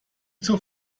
zur